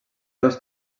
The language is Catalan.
dos